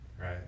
Right